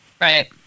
Right